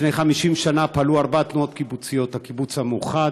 לפני 50 שנה פעלו ארבע תנועות קיבוציות: הקיבוץ המאוחד,